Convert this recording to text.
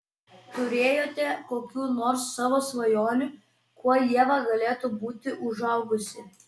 turėjote kokių nors savo svajonių kuo ieva galėtų būti užaugusi